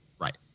Right